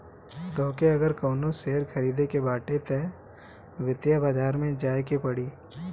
तोहके अगर कवनो शेयर खरीदे के बाटे तअ वित्तीय बाजार में जाए के पड़ी